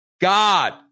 God